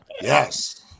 Yes